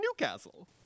Newcastle